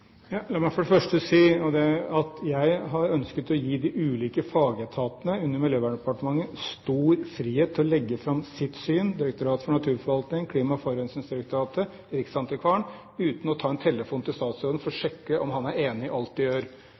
La meg for det første si at jeg har ønsket å gi de ulike fagetatene under Miljøverndepartementet stor frihet til å legge fram sitt syn – Direktoratet for naturforvaltning, Klima- og forurensningsdirektoratet, riksantikvaren – uten å ta en telefon til statsråden for å sjekke om han er enig i alt de gjør.